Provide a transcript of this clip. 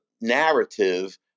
narrative